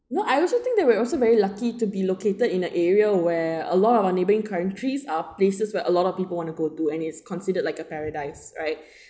you know I also think that we're also very lucky to be located in an area where a lot of our neighbouring countries are places where a lot of people wanna go to and it's considered like a paradise right